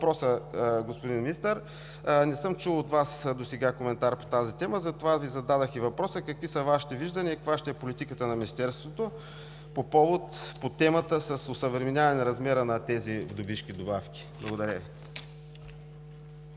Въпросът, господин Министър: не съм чул от Вас досега коментар по тази тема, затова Ви зададох и въпроса: какви са Вашите виждания и каква ще е политиката на министерството по темата за осъвременяване на размера на тези вдовишки добавки? Благодаря